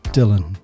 Dylan